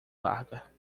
larga